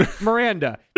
Miranda